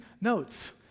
notes